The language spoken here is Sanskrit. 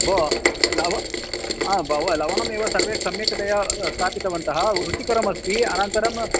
भोः लवणं भव लवणमेव सर्वे सम्यक्तया स्थापितवन्तः रुचिकरमस्ति अनन्तरं